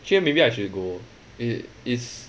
actually maybe I should go it is